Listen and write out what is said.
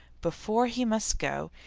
before he must go,